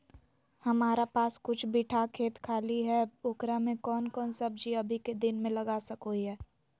हमारा पास कुछ बिठा खेत खाली है ओकरा में कौन कौन सब्जी अभी के दिन में लगा सको हियय?